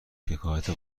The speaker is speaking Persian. شکایت